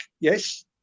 yes